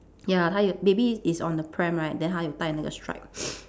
ya 她有 baby is on the pram right then 她有 tie 那个 strap